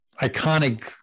iconic